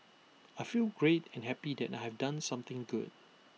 I feel great and happy that I've done something good